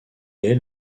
est